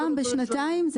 פעם בשנתיים?